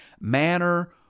manner